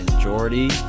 Jordy